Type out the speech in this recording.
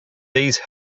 these